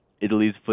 Italy's